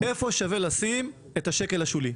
איפה שווה לשים את השקל השולי?